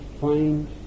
find